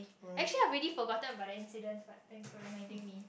actually I've already forgotten about that incident but thanks for reminding me